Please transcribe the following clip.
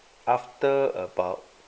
after about